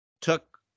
took